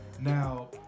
Now